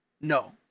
No